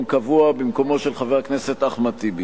קבוע במקומו של חבר הכנסת אחמד טיבי.